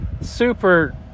Super